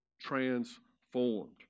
Transformed